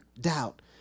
doubt